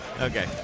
Okay